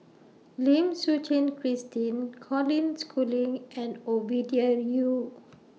Lim Suchen Christine Colin Schooling and Ovidia Yu